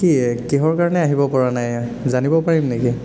কি কিহৰ কাৰণে আহিব পৰা নাই জানিব পাৰিম নেকি